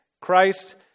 Christ